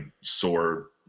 sore